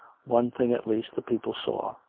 one thing at least the people saw,